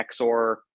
XOR